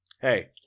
Hey